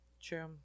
True